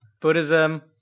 Buddhism